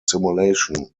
simulation